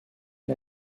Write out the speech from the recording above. and